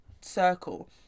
circle